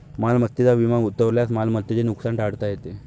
मालमत्तेचा विमा उतरवल्यास मालमत्तेचे नुकसान टाळता येते